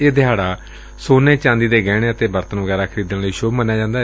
ਇਹ ਦਿਹਾੜਾ ਸੋਨੇ ਚਾਂਦੀ ਦੇ ਗਹਿਣੇ ਅਤੇ ਬਰਤਨ ਵਗੈਰਾ ਖਰੀਦਣ ਲਈ ਸੁਭ ਮੰਨਿਆ ਜਾਂਦੈ